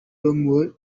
romeo